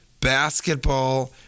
basketball